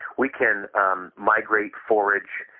we can um migrate, forage,